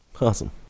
Awesome